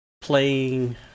playing